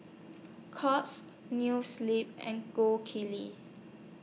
Courts New Sleep and Gold Kili